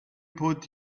put